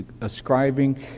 ascribing